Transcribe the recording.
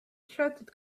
shouted